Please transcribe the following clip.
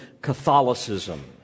Catholicism